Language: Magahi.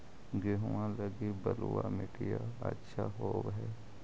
गेहुआ लगी बलुआ मिट्टियां अच्छा होव हैं?